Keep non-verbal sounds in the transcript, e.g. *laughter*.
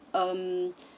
um *breath*